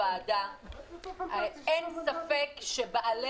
בעלי